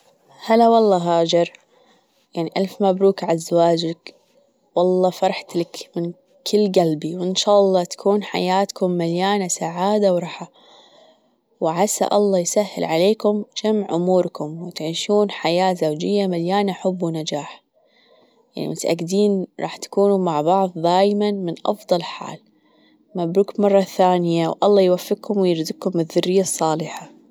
هلا والله هاجر يعني ألف مبروك على زواجك والله فرحت لك من كل جلبي وإن شاء الله تكون حياتكم مليانة سعادة وراحة وعسى الله يسهل عليكم جمع أموركم وتعيشون حياة زوجية مليانة حب ونجاح يعني متأكدين رح تكونوا مع بعض دايما من أفضل حال مبروك مرة ثانية والله يوفقكم ويرزقكم الذرية الصالحة.